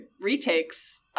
retakes